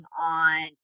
on